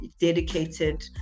dedicated